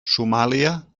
somàlia